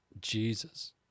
Jesus